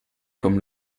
comme